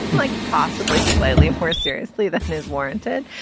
like possibly slightly more seriously than is warranted.